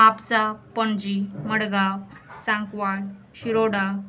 Mapusa Panaji Margao Sancoale Shiroda